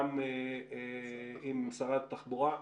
וגם עם שרת התחבורה.